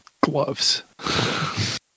gloves